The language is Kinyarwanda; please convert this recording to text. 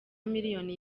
miliyoni